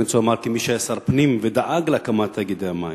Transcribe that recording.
אני הייתי שר הפנים שדאג להקמת תאגידי המים.